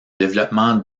développement